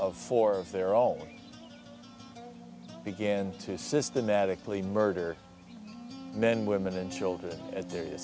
of four of their own began to systematically murder men women and children at their